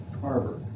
Harbor